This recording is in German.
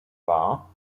war